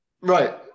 Right